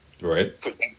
Right